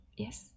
yes